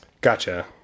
Gotcha